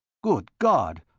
good god!